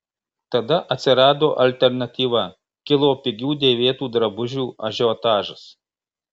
tada atsirado alternatyva kilo pigių dėvėtų drabužių ažiotažas